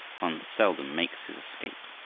one seldom makes his escape.